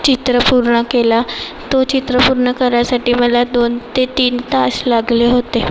चित्र पूर्ण केला तो चित्र पूर्ण करायसाठी मला दोन ते तीन तास लागले होते